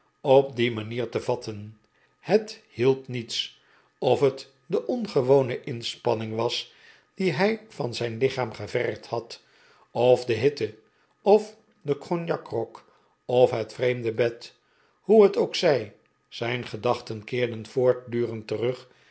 op die manier te vatten het hielp niets of het de ongewone inspanning was die hij van zijn lichaam gevergd had of de hitte of de cognacgrog of het vreemde bed hoe het ook zij zijn gedachten keerden voortdurend terug